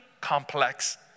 complex